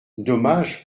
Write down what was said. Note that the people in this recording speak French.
dommage